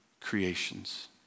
creations